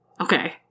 okay